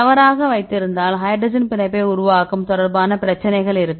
தவறாக வைத்திருந்தால் ஹைட்ரஜன் பிணைப்பு உருவாக்கம் தொடர்பான பிரச்சினைகள் இருக்கும்